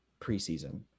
preseason